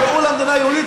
קראו לה מדינה יהודית,